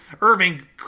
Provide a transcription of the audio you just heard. Irving